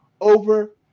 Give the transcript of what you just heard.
over